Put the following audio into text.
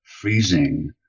freezing